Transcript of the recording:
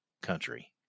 country